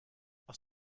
aus